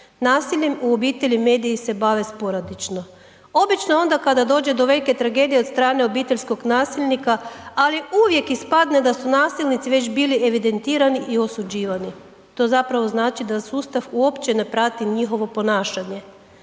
Nasiljem u obitelji mediji se bave sporadično, obično onda kada dođe do neke tragedije od strane obiteljskog nasilnika, ali uvijek ispadne da su nasilnici već bili evidentirani i osuđivani, to zapravo znači da sustav uopće ne prati njihovo ponašanje.